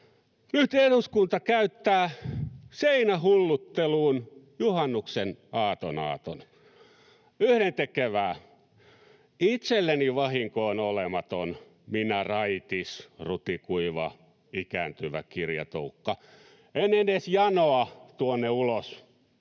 Nyt eduskunta käyttää seinähullutteluun juhannuksen aatonaaton. Yhdentekevää. Itselleni vahinko on olematon — minä raitis, rutikuiva, ikääntyvä kirjatoukka en edes janoa tuonne ulos